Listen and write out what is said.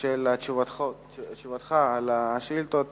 את תשובתך על השאילתות